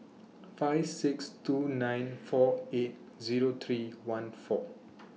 five six two nine four eight Zero three one four